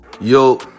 Yo